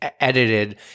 edited